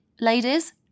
ladies